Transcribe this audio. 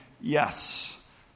yes